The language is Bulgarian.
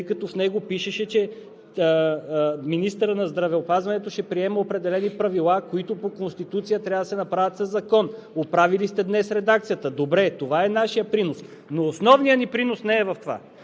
тъй като в него пишеше, че министърът на здравеопазването ще приема определени правила, които по Конституция трябва да се направят със закон. Днес сте оправили редакцията – добре, това е нашият принос, но основният ни принос не е в това.